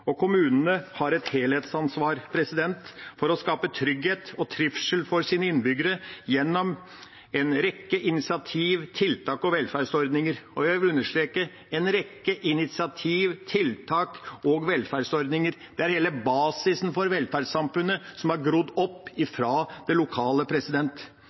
Kommunene har et helhetsansvar for å skape trygghet og trivsel for sine innbyggere gjennom en rekke initiativ, tiltak og velferdsordninger. Jeg vil understreke dette – en rekke initiativ, tiltak og velferdsordninger. Det er hele basisen for velferdssamfunnet som har grodd opp